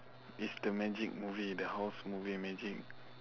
it's the magic movie the house movie magic